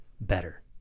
better